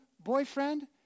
Boyfriend